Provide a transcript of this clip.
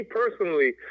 personally